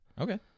Okay